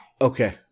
Okay